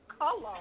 color